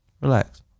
relax